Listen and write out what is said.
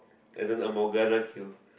and then a Morgana Q